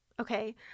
Okay